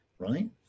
Right